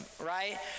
right